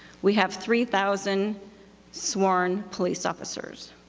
we have three thousand sworn police officers.